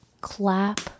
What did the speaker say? Clap